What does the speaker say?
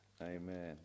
Amen